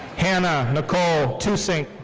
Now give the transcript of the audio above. hannah nicole tesink.